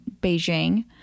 Beijing